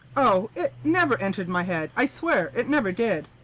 oh! it never entered my head. i swear it never did.